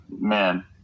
man